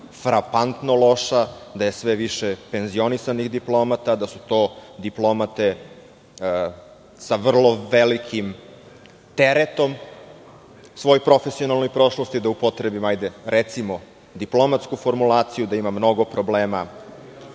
frapantno loša, da je sve više penzionisanih diplomata, da su to diplomate sa vrlo velikim teretom, svojoj profesionalnoj prošlosti da upotrebim recimo, diplomatsku formulacija, da ima mnogo problema